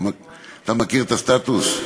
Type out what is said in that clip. אתה מכיר את הסטטוס?